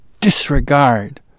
disregard